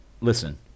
listen